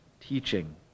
teaching